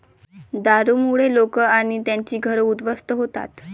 दारूमुळे लोक आणि त्यांची घरं उद्ध्वस्त होतात